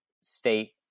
state